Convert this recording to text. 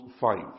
five